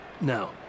Now